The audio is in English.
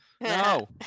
No